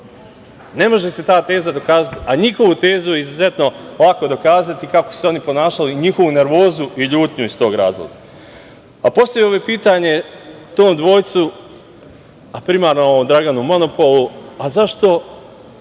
može se da ta teza dokazati, a njihovu je tezu izuzetno lako dokazati, kako su se oni ponašali, njihovu nervozu i ljutnju iz tog razloga. Postavio bih pitanje tom dvojcu, a primarno Draganu monopolu – zašto